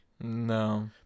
No